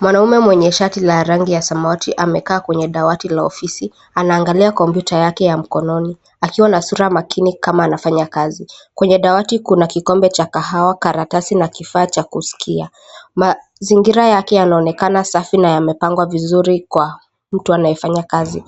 Mwanaume mwenye shati la rangi ya samawati amekaa kwenye dawati la ofisi, anaangalia kompyuta yake ya mkononi akiwa na sura makini kama anafanya kazi. Kwenye dawati kuna kikombe cha kahawa, karatasi na kifaa cha kuskia. Mazingira yake yanaonekana safi na yamepangwa vizuri na kuonekana kwa kufanya kazi.